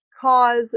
cause